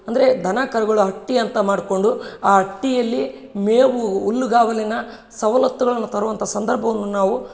ಅಂದರೆ ದನ ಕರುಗಳ ಹಟ್ಟಿ ಅಂತ ಮಾಡಿಕೊಂಡು ಆ ಹಟ್ಟಿಯಲ್ಲಿ ಮೇವು ಹುಲ್ಲುಗಾವಲಿನ ಸವಲತ್ತುಗಳನ್ನು ತರುವಂಥ ಸಂದರ್ಭವನ್ನು ನಾವು